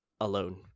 Alone